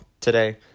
today